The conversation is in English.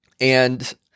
and-